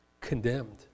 condemned